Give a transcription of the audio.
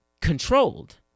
controlled